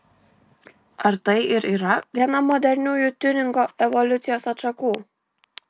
ar tai ir yra viena moderniųjų tiuningo evoliucijos atšakų